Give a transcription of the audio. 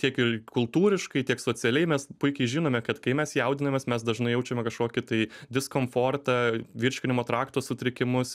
tiek ir kultūriškai tiek socialiai mes puikiai žinome kad kai mes jaudinamės mes dažnai jaučiame kažkokį tai diskomfortą virškinimo trakto sutrikimus